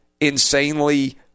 insanely